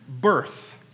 birth